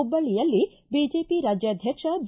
ಹುಬ್ಬಳ್ಳಿಯಲ್ಲಿ ಬಿಜೆಪಿ ರಾಜ್ಯಾಧ್ಯಕ್ಷ ಬಿ